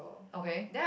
okay